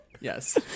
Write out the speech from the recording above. Yes